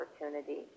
opportunity